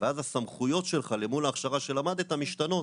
ואז הסמכויות שלך למול ההכשרה שלמדת משתנות.